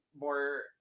more